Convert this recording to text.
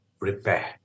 repair